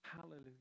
Hallelujah